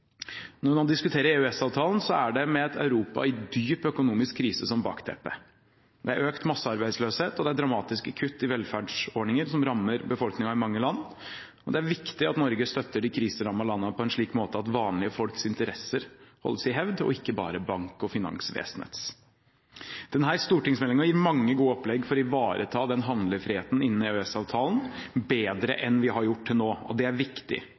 Når vi nå diskuterer EØS-avtalen, er det med et Europa i dyp økonomisk krise som bakteppe. Det er økt massearbeidsløshet, og det er dramatiske kutt i velferdsordninger som rammer befolkningen i mange land. Det er viktig at Norge støtter de kriserammede landene på en slik måte at vanlige folks interesser holdes i hevd, og ikke bare bank- og finansvesenets. Denne stortingsmeldingen gir mange gode opplegg for å ivareta handlefriheten innen EØS-avtalen bedre enn vi har gjort til nå, og det er viktig.